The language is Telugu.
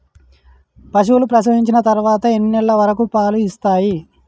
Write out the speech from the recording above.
పశువులు ప్రసవించిన తర్వాత ఎన్ని నెలల వరకు పాలు ఇస్తాయి?